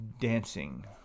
dancing